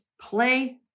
play